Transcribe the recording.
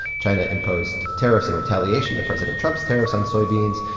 china imposed tariffs in retaliation to president trump's tariffs on soybeans.